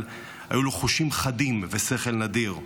אבל היו לו חושים חדים ושכל נדיר.